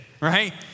right